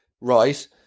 Right